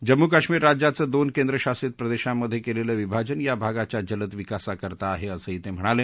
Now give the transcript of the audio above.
जम्मू काश्मिर राज्याचं दोन केंद्रशासित प्रदेशांमधे केललं विभाजन या भागाच्या जलद विकासाकरता आहे असंही ते म्हणाले